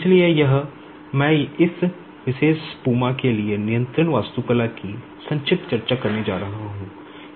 इसलिए यहाँ मैं इस विशेष PUMA के लिए नियंत्रण वास्तुकला है